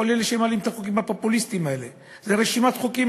כל אלה שמעלים את החוקים הפופוליסטיים האלה זו הרי רשימת חוקים,